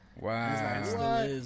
Wow